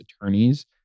attorneys